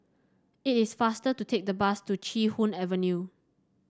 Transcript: it is faster to take the bus to Chee Hoon Avenue